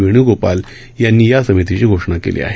वेण्गोपाल यांनी या समितीची घोषणा केली आहे